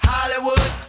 Hollywood